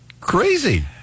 crazy